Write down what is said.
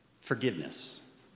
Forgiveness